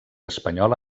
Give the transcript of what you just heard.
espanyola